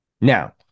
now